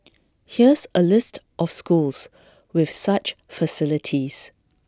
here's A list of schools with such facilities